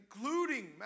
including